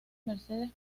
mercedes